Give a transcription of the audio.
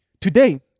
Today